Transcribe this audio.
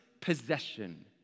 possession